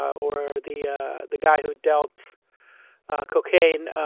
or the ah the guy who dealt cocaine,